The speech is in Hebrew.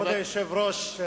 כבוד היושב-ראש,